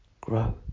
grow